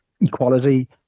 equality